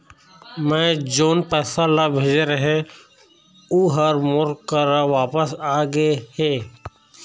मै जोन पैसा ला भेजे रहें, ऊ हर मोर करा वापिस आ गे हे